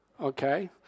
Okay